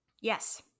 Yes